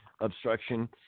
obstruction